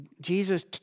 Jesus